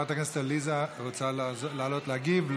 חברת הכנסת עליזה, רוצה לעלות להגיב?